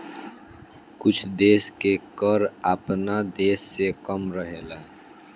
कुछ देश के कर आपना देश से कम रहेला